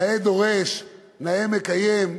נאה דורש נאה מקיים.